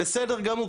בסדר גמור,